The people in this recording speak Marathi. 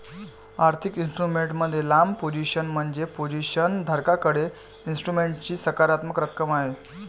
आर्थिक इन्स्ट्रुमेंट मध्ये लांब पोझिशन म्हणजे पोझिशन धारकाकडे इन्स्ट्रुमेंटची सकारात्मक रक्कम आहे